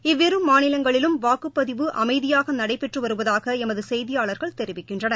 இவ்விரு மாநிலங்களிலும் வாக்குப்பதிவு அமைதியாக நடைபெற்று வருவதாக எமது செய்தியாளர்கள் தெரிவிக்கின்றனர்